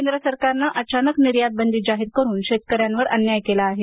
केंद्र सरकारनं अचानक निर्यातबंदी जाहीर करून शेतकऱ्यांवर अन्याय केला आहे